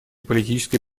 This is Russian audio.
политической